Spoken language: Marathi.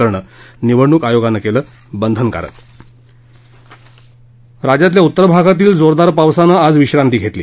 करणं निवडणूक आयोगानं केलं बंधनकारक राज्यातल्या उत्तर भागातील जोरदार पावसानं आज विश्रांती घेतली